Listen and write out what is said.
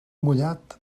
mullat